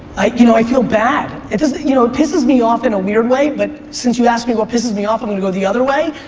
i you know i feel bad. it you know pisses me off in a weird way but since you asked me what pisses me off, i'm gonna go the other way.